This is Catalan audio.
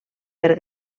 per